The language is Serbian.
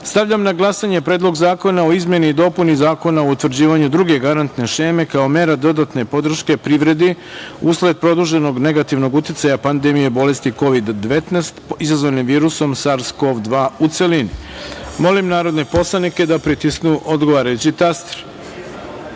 celini. Stavljam na glasanje Predlog zakona o izmeni i dopuni Zakona o utvrđivanju druge garantne šeme kao mera dodatne podrške privredi usled produženog negativnog uticaja pandemije bolesti COVID-19 izazvane virusom SARS-CoV-2, u celini. Molim poslanike da pritisnu odgovarajući